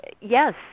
yes